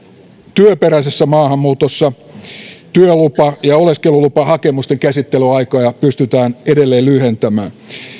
työperäisessä maahanmuutossa työlupa ja oleskelulupahakemusten käsittelyaikoja pystytään edelleen lyhentämään